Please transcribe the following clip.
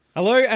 Hello